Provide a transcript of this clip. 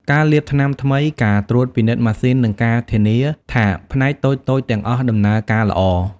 ការលាបថ្នាំថ្មី ការត្រួតពិនិត្យម៉ាស៊ីន និងការធានាថាផ្នែកតូចៗទាំងអស់ដំណើរការល្អ។